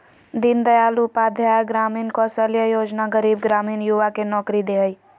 दीन दयाल उपाध्याय ग्रामीण कौशल्य योजना गरीब ग्रामीण युवा के नौकरी दे हइ